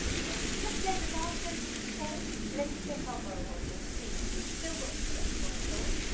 when we just played the last note of the scale let's check our bow hold and see if we've still got but the correct one shall we,